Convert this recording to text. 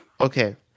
Okay